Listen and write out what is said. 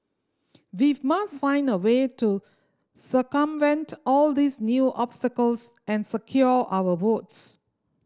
we must find a way to circumvent all these new obstacles and secure our votes